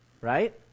Right